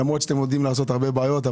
למרות שאתם יודעים לעשות הרבה בעיות,